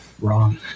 Wrong